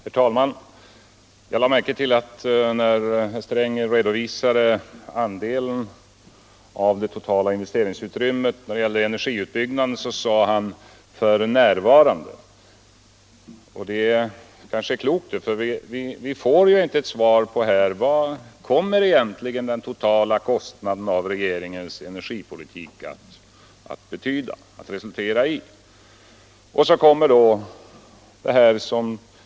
Herr talman! Jag lade märke till att herr Sträng, när han redovisade energiutbyggnadens andel av det totala investeringsutrymmet, sade ”för närvarande”. Det kanske var klokt. Vi fick emellertid inte något svar på frågan: Vad kommer egentligen den totala kostnaden att bli för regeringens energipolitik?